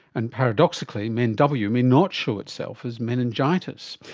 and paradoxically men w may not show itself as meningitis.